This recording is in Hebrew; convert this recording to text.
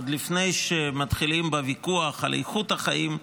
עוד לפני שמתחילים בוויכוח על איכות החיים,